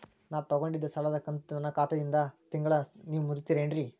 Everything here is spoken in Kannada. ನಾ ತೊಗೊಂಡಿದ್ದ ಸಾಲದ ಕಂತು ನನ್ನ ಖಾತೆಯಿಂದ ತಿಂಗಳಾ ನೇವ್ ಮುರೇತೇರೇನ್ರೇ?